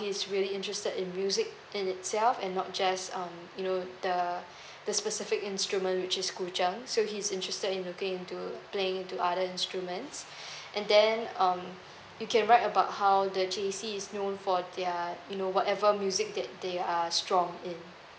he's really interested in music in itself and not just um you the the specific instrument which is so he's interested in looking to playing to other instruments and then um you can write about how the J_C is known for their you know whatever music that they are strong in